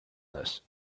this